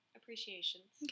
Appreciations